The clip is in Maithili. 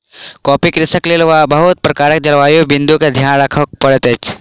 कॉफ़ी कृषिक लेल बहुत प्रकारक जलवायु बिंदु के ध्यान राखअ पड़ैत अछि